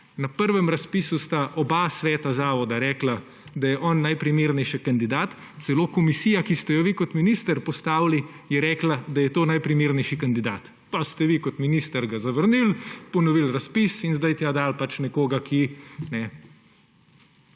Na prvem razpisu sta oba sveta zavoda rekla, da je on najprimernejši kandidat, celo komisija, ki ste jo vi kot minister postavili, je rekla, da je to najprimernejši kandidat. Pa ste ga vi kot minister zavrnili, ponovili razpis in zdaj tja dali nekoga, ki je